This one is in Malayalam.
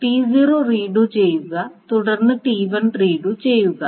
T0 റീഡു ചെയ്യുക തുടർന്ന് T1 റീഡു ചെയ്യുക